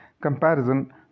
comparison